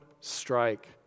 strike